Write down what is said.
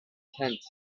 tent